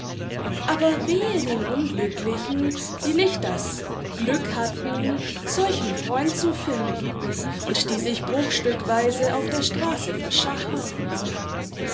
aber wehe den unglücklichen die nicht das glück hatten solchen freund zu finden und die sich bruchstückweise auf der straße verschachern